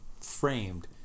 Framed